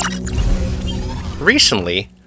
Recently